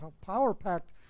power-packed